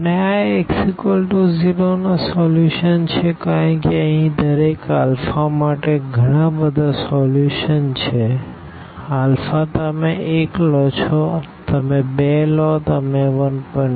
અને આ Ax0 ના સોલ્યુશન છે કારણ કે અહીં દરેક આલ્ફા માટે ઘણા બધા સોલ્યુશનછે આલ્ફા તમે 1 લો છો તમે 2 લો છો તમે 1